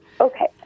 Okay